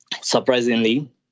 surprisingly